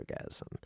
orgasm